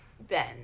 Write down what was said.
Ben